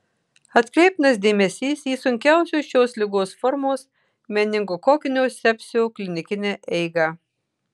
atkreiptinas dėmesys į sunkiausios šios ligos formos meningokokinio sepsio klinikinę eigą